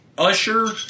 Usher